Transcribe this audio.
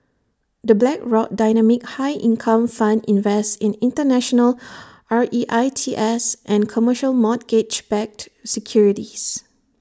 the Blackrock dynamic high income fund invests in International R E I T S and commercial mortgage backed securities